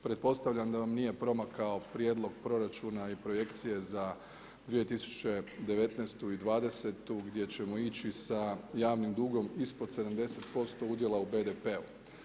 Pretpostavljam da vam nije promakao prijedlog proračuna i projekcije za 2019. i 2020. gdje ćemo ići sa javnim dugom ispod 70% udjela u BDP-u.